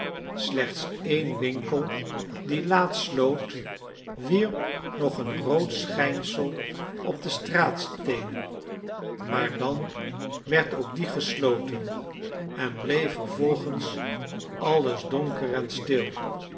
slechts een winkel die laat sloot wierp nog een rood schijnsel op de straatsteenen maar dan werd ook die gesloten en bleef vervolgens alles donker en stil